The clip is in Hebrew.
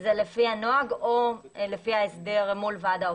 זה לפי הנוהג או לפי ההסדר מול ועד העובדים.